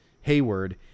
Hayward